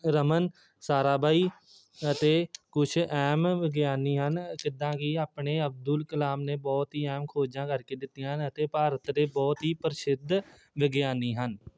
Raman Sarabhai ਅਤੇ ਕੁਛ ਅਹਿਮ ਵਿਗਿਆਨੀ ਹਨ ਜਿੱਦਾਂ ਕਿ ਆਪਣੇ ਅਬਦੁਲ ਕਲਾਮ ਨੇ ਬਹੁਤ ਹੀ ਅਹਿਮ ਖੋਜਾਂ ਕਰਕੇ ਦਿੱਤੀਆਂ ਹਨ ਅਤੇ ਭਾਰਤ ਦੇ ਬਹੁਤ ਹੀ ਪ੍ਰਸਿੱਧ ਵਿਗਿਆਨੀ ਹਨ